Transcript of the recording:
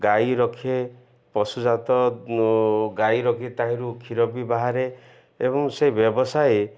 ଗାଈ ରଖେ ପଶୁଜାତ ଗାଈ ରଖି ତାହିଁରୁ କ୍ଷୀର ବି ବାହାରେ ଏବଂ ସେ ବ୍ୟବସାୟ